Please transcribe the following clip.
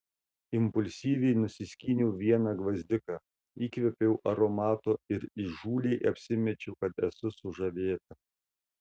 impulsyviai nusiskyniau vieną gvazdiką įkvėpiau aromato ir įžūliai apsimečiau kad esu sužavėta